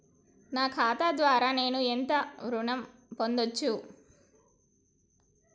నా ఖాతా ద్వారా నేను ఎంత ఋణం పొందచ్చు?